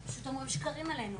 פשוט אומרים שקרים עלינו.